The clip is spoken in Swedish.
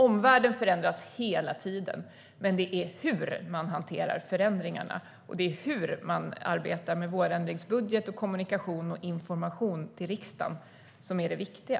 Omvärlden förändras hela tiden, men det är hur man hanterar förändringarna och det är hur man arbetar med vårändringsbudget, kommunikation och information till riksdagen som är det viktiga.